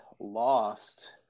lost